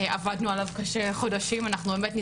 עבדנו עליו קשה חודשים,